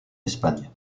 espagne